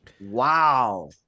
Wow